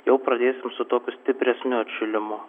jau pradėsim su tokiu stipresniu atšilimu